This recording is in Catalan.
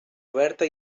oberta